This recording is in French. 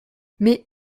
mais